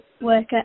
worker